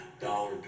dollar